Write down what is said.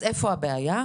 אז איפה הבעיה?